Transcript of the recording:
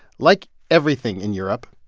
like everything in europe,